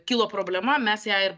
kilo problema mes ją ir